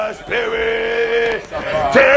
spirit